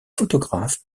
photographe